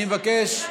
אני מבקש.